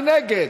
מי נגד?